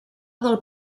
del